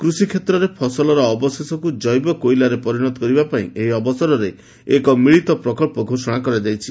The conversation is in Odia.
କୃଷି କ୍ଷେତ୍ରରେ ଫସଲର ଅବଶେଷକୁ ଜୈବ କୋଇଲାରେ ପରିଣତ କରିବା ପାଇଁ ଏହି ଅବସରରେ ଏକ ମିଳିତ ପ୍ରକଳ୍ପ ଘୋଷଣା କରାଯାଇଛି